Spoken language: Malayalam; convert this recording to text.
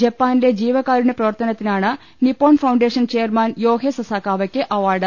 ജപ്പാനിലെ ജീവകാരുണ്യപ്രവർത്ത നത്തിനാണ് നിപ്പോൺ ഫൌണ്ടേഷൻ ചെയർമാൻ യോഹെ സസാക്കാവയ്ക്ക് അവാർഡ്